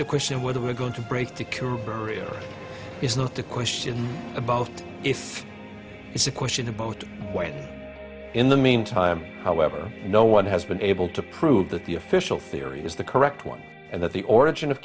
the question whether we're going to break to korea is not a question about if it's a question about whether in the meantime however no one has been able to prove that the official theory is the correct one and that the origin of